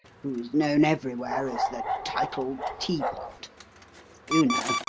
who's known everywhere as the titled teapot you know,